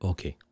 Okay